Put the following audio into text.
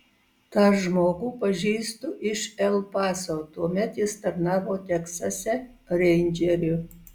tą žmogų pažįstu iš el paso tuomet jis tarnavo teksase reindžeriu